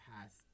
past